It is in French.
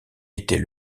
était